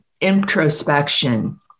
introspection